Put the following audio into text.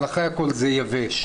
אבל אחרי הכול הוא יבש.